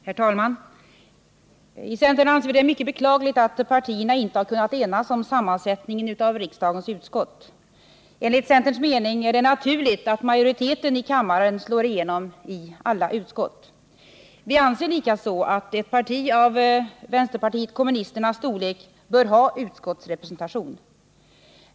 Herr talman! Centern anser att det är mycket beklagligt att partierna inte har kunnat enas om sammansättningen av riksdagens utskott. Enligt centerns mening är det naturligt att majoriteten i kammaren slår igenom i alla utskott. Vi anser likaså att ett parti av vänsterpartiet kommunisternas storlek bör ha utskottsrepresentation.